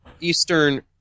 Eastern